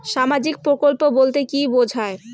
সামাজিক প্রকল্প বলতে কি বোঝায়?